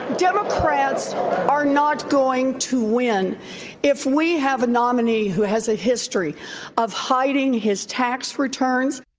democrats are not going to win if we have a nominee who has a history of hiding his tax returns.